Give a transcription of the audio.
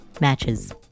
matches